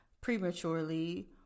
prematurely